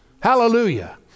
Hallelujah